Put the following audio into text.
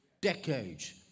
decades